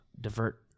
divert